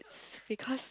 because